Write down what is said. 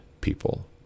people